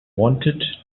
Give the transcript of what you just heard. wanted